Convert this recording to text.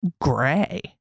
gray